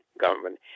government